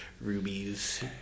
rubies